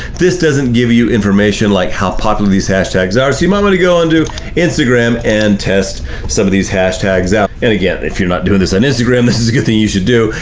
this doesn't give you you information like how popular these hashtags are, so you might want to go onto instagram and test some of these hashtags out, and again, if you're not doing this on instagram this is a good thing you should do,